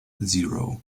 zero